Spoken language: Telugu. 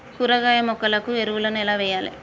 కూరగాయ మొక్కలకు ఎరువులను ఎలా వెయ్యాలే?